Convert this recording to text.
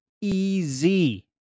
easy